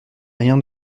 rien